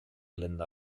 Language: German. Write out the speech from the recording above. länder